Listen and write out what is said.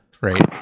right